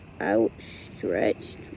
outstretched